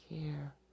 care